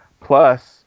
plus